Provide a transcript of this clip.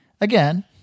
again